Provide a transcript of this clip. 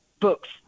books